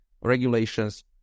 regulations